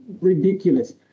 ridiculous